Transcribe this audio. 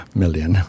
million